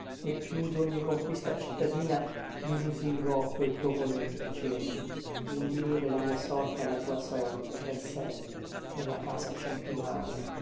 e più dogni conquista cittadina mi lusingò quel tuo voler piacermi unire la mia sorte alla tua sorte per sempre nella casa centenaria